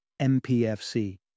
MPFC